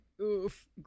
Oof